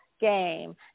game